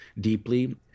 deeply